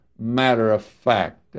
matter-of-fact